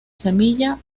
semilla